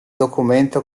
documento